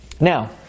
Now